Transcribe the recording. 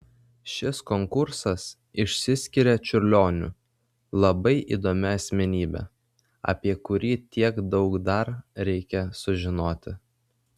šis konkursas išsiskiria čiurlioniu labai įdomia asmenybe apie kurį tiek daug dar reikia sužinoti